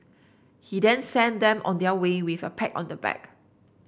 he then sent them on their way with a pat on the back